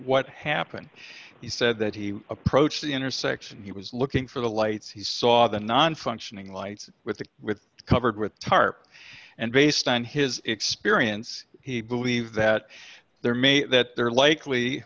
what happened he said that he approached the intersection he was looking for the lights he saw the nonfunctioning lights with the with covered with tarp and based on his experience he believes that there may there likely